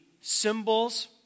symbols